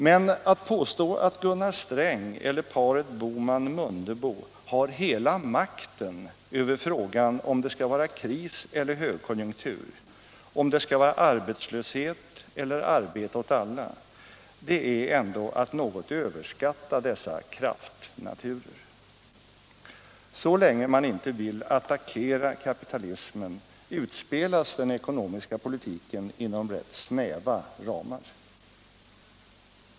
Men att påstå att Gunnar Sträng eller paret Bohman-Mundebo har hela makten över frågan om det skall vara kris eller högkonjunktur, om det skall vara arbetslöshet eller arbete åt alla, det är ändå att något överskatta dessa kraftnaturer. Så länge man inte vill attackera kapitalismen utspelas den ekonomiska politiken inom rätt snäva ramar.